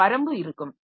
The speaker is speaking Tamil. எனவே வரம்பு இருக்கும்